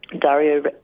Dario